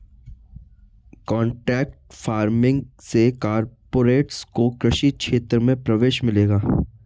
contract farming से corporates को कृषि क्षेत्र में प्रवेश मिलेगा